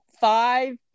five